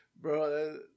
bro